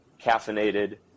caffeinated